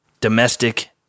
Domestic